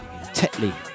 Tetley